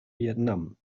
vietnam